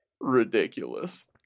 ridiculous